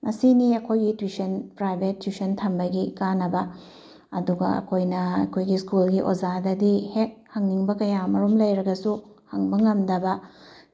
ꯃꯁꯤꯅꯤ ꯑꯩꯈꯣꯏ tuition private tuition ꯊꯝꯕꯒꯤ ꯀꯥꯟꯅꯕ ꯑꯗꯨꯒ ꯑꯩꯈꯣꯏꯅ ꯑꯩꯈꯣꯏꯒꯤ ꯁ꯭ꯀꯨꯜꯒꯤ ꯑꯣꯖꯥꯗꯗꯤ ꯍꯦꯛ ꯍꯪꯅꯤꯡꯕ ꯀꯌꯥꯃꯔꯨꯝ ꯂꯩꯔꯒꯁꯨ ꯍꯪꯕ ꯉꯝꯗꯕ